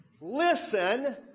Listen